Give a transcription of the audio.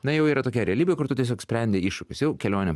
na jau yra tokia realybė kur tu tiesiog sprendi iššūkius jau kelionę